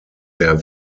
der